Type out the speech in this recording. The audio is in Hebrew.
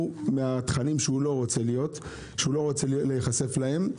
מאותם תכנים שהוא לא רוצה להיחשף אליהם.